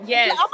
Yes